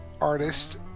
artist